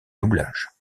doublage